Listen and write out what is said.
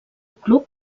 club